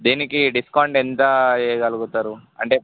దీనికి డిస్కౌంట్ ఎంత వేయగలుగుతారు అంటే